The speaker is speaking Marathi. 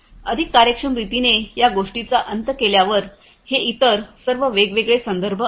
अधिक कार्यक्षम रीतीने या गोष्टीचा अंत केल्यावर हे इतर सर्व वेगवेगळे संदर्भ आहेत